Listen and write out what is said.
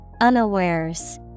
Unawares